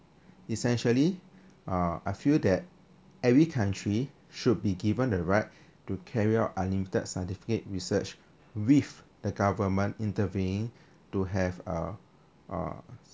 essentially uh I feel that every country should be given the right to carry out unlimited scientific research with the government intervene to have uh uh